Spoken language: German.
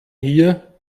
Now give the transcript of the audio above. hier